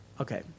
Okay